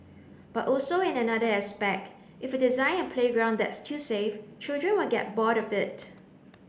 but also in another aspect if you design a playground that's too safe children will get bored of it